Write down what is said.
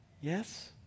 Yes